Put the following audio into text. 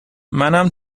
منم